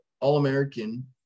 All-American